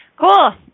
cool